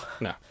No